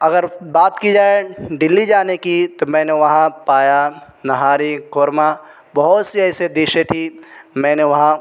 اگر بات کی جائے دلی جانے کی تو میں نے وہاں پایا نہاری قورمہ بہت سی ایسی دیشیں تھی میں نے وہاں